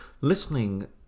listening